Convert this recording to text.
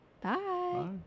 bye